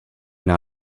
not